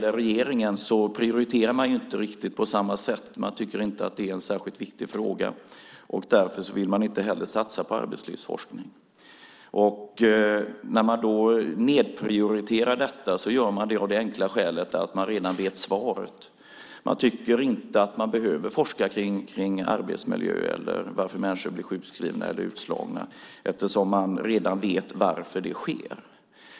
Regeringen prioriterar inte riktigt på samma sätt. Man tycker inte att det är en särskilt viktig fråga. Därför vill man inte heller satsa på arbetslivsforskning. När man då nedprioriterar detta gör man det av det enkla skälet att man redan vet svaret. Man tycker inte att man behöver forska kring arbetsmiljö eller varför människor blir sjukskrivna eller utslagna eftersom man redan vet varför det sker.